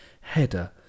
header